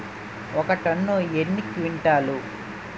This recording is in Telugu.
ఒక టన్ను ఎన్ని క్వింటాల్లు?